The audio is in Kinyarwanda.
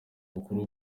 bukuru